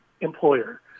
employer